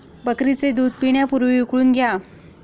बकरीचे दूध पिण्यापूर्वी उकळून घ्या